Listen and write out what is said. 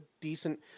decent